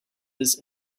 this